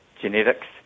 genetics